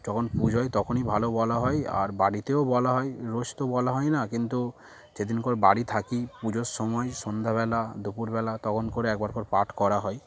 যখন পুজো হয় তখনই ভালো বলা হয় আর বাড়িতেও বলা হয় রোজ তো বলা হয় না কিন্তু যেদিন করে বাড়ি থাকি পুজোর সময় সন্ধ্যাবেলা দুপুরবেলা তখন করে একবার করে পাঠ করা হয়